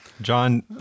John